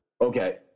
Okay